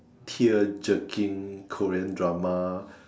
tearjerking Korean drama